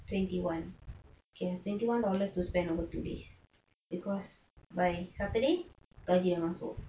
twenty one K twenty one dollars to spend over two days because by saturday gaji dah masuk